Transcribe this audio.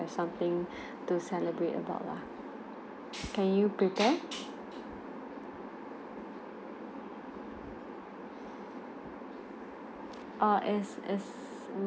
have something to celebrate about lah can you prepare uh as as m~